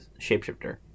shapeshifter